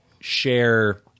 share